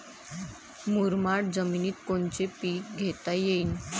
मुरमाड जमिनीत कोनचे पीकं घेता येईन?